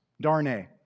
Darnay